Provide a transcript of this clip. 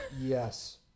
Yes